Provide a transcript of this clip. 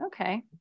okay